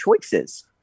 choices